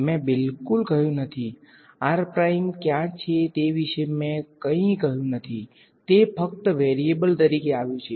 મેં બિલકુલ કહ્યું નથી r ક્યાં છે તે વિશે મેં કંઈ કહ્યું નથી તે ફક્ત વેરીએબલ તરીકે આવ્યું છે